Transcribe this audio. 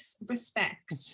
disrespect